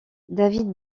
david